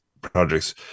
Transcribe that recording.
projects